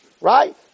right